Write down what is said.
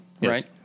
right